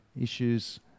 issues